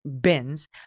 bins